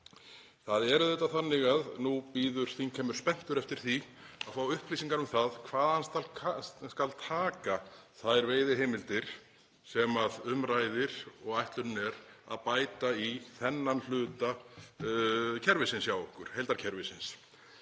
Það er auðvitað þannig að nú bíður þingheimur spenntur eftir því að fá upplýsingar um það hvaðan skal taka þær veiðiheimildir sem um ræðir og ætlunin er að bæta í þennan hluta kerfisins hjá okkur, úr heildarkerfinu.